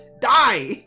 die